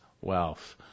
wealth